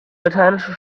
lateinische